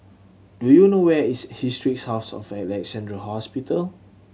do you know where is Historic House of Alexandra Hospital